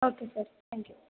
okay sir thank you